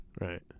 Right